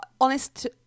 Honest